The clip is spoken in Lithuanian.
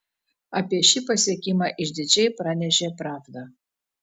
apie šį pasiekimą išdidžiai pranešė pravda